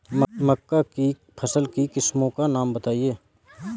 मक्का की फसल की किस्मों का नाम बताइये